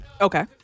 Okay